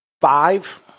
Five